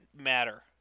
matter